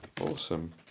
awesome